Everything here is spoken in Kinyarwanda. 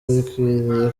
bikwiriye